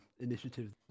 Initiative